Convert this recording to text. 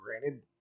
granted